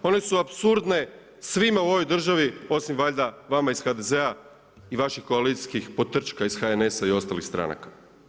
One su apsurdne svima u ovoj državi osim valjda vama iz HDZ-a i vaših koalicijskih potrčka iz HNS-a i ostalih stranaka.